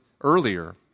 earlier